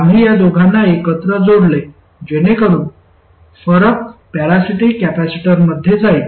आम्ही या दोघांना एकत्र जोडले जेणेकरून फरक पॅरासिटिक कॅपेसिटरमध्ये जाईल